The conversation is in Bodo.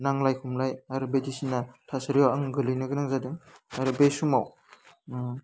नांलाय खमलाय आरो बायदिसिना थासारियाव आं गोलैनो गोनां जादों आरो बे समाव